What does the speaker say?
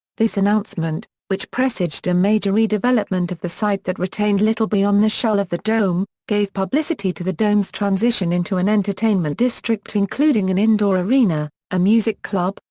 this announcement, which presaged a major redevelopment of the site that retained little beyond the shell of the dome, gave publicity to the dome's transition into an entertainment district including an indoor arena, a music club,